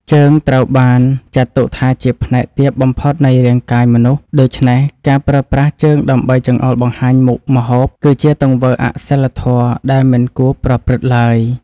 ជើងត្រូវបានចាត់ទុកថាជាផ្នែកទាបបំផុតនៃរាងកាយមនុស្ស ដូច្នេះ ការប្រើប្រាស់ជើងដើម្បីចង្អុលបង្ហាញមុខម្ហូបគឺជាទង្វើអសីលធម៌ដែលមិនគួរប្រព្រឹត្តឡើយ។